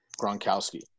Gronkowski